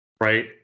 right